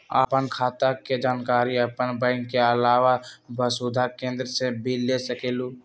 आपन खाता के जानकारी आपन बैंक के आलावा वसुधा केन्द्र से भी ले सकेलु?